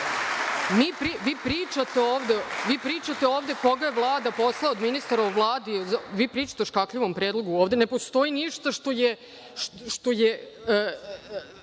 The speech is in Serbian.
pričate ovde - koga je Vlada poslala od ministara u Vladi? Vi pričate o škakljivom predlogu? Ovde ne postoji ništa što je